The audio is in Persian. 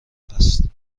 است